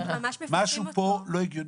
משהו פה לא הגיוני.